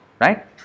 right